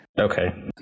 Okay